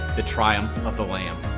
the triumph of the lamb.